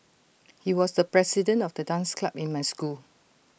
he was the president of the dance club in my school